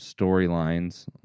storylines